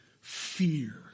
fear